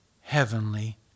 heavenly